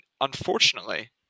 unfortunately